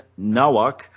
Nawak